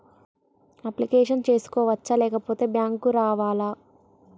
Application చేసుకోవచ్చా లేకపోతే bank రావాలా?